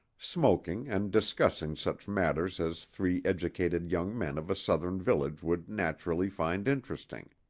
smoking and discussing such matters as three educated young men of a southern village would naturally find interesting.